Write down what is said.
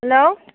hello